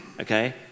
Okay